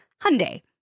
Hyundai